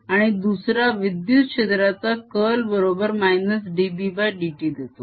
आणि दुसरा विद्युत क्षेत्राचा कर्ल बरोबर -dBdt देतो